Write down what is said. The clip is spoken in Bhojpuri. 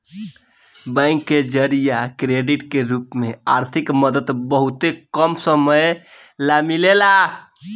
बैंक के जरिया क्रेडिट के रूप में आर्थिक मदद बहुते कम समय ला मिलेला